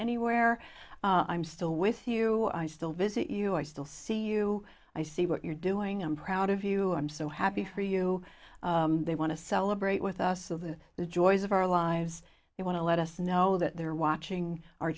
anywhere i'm still with you i still visit you i still see you i see what you're doing i'm proud of you i'm so happy for you they want to celebrate with us of the joys of our lives they want to let us know that they're watching our